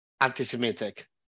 anti-Semitic